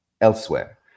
elsewhere